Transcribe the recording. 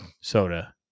soda